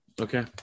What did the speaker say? Okay